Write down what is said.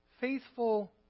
faithful